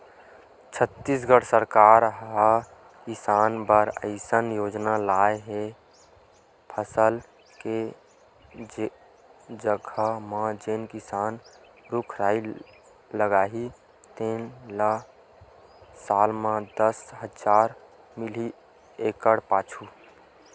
छत्तीसगढ़ सरकार ह किसान बर अइसन योजना लाए हे फसल के जघा म जेन किसान रूख राई लगाही तेन ल साल म दस हजार मिलही एकड़ पाछू